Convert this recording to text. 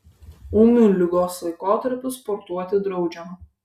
ūmiu ligos laikotarpiui sportuoti draudžiama